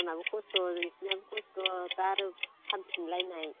आंनाबो खस्थ' नोंसिनाबो खस्थ' दा आरो फानफिनलानाय